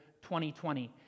2020